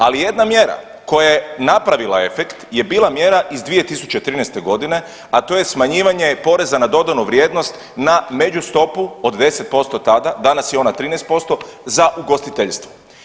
Ali jedna mjera koja je napravila efekt je bila mjera iz 2013. godine, a to je smanjivanje poreza na dodanu vrijednost na međustopu od 10% tada, danas je ona 13% za ugostiteljstvo.